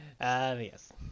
Yes